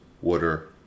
water